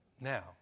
Now